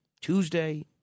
Tuesday